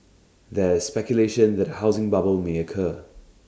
there is speculation that A housing bubble may occur